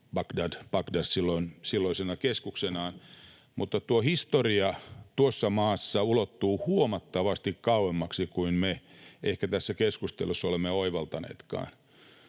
Bagdad silloisena keskuksenaan, mutta historia tuossa maassa ulottuu huomattavasti kauemmaksi kuin me ehkä tässä keskustelussa olemme oivaltaneetkaan.